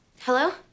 Hello